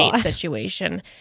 situation